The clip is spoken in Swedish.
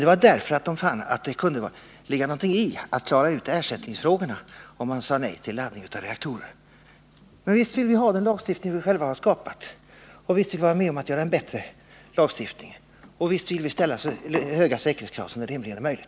Det var därför att lagrådet fann att det kunde ligga någonting i att klara ut ersättningsfrågorna, om man sade nej till laddning av reaktorer. Men visst vill vi ha den lagstiftning vi själva har skapat, och visst vill vi vara med om att göra en bättre lagstiftning, och visst vill vi ställa så höga säkerhetskrav som rimligen är möjligt.